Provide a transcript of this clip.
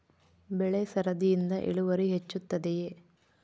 ಬೆಳೆ ಸರದಿಯಿಂದ ಇಳುವರಿ ಹೆಚ್ಚುತ್ತದೆಯೇ?